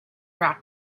rock